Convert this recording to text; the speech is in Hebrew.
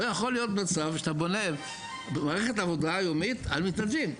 לא יכול להיות מצב שאתה בונה מערכת עבודה יומית על מתנדבים.